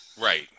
Right